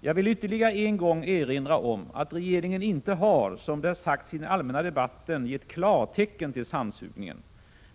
Jag vill ytterligare en gång erinra om att regeringen inte har, som det sagts i den allmänna debatten, gett klartecken till sandsugningen.